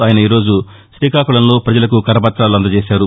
ఆయన ఈరోజు శ్రీకాకుళంలో పజలకు కరపతాలను అందజేశారు